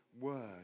word